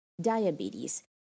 diabetes